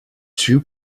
two